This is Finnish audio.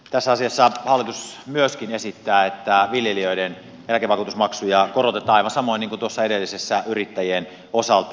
tässä asiassa hallitus myöskin esittää että viljelijöiden eläkevakuutusmaksuja korotetaan aivan samoin kuin tuossa edellisessä yrittäjien osalta